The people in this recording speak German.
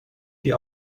die